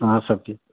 अहाँ सभके